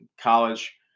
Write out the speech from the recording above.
college